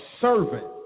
servant